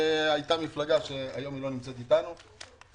והייתה מפלגה שהיום היא לא נמצאת איתנו,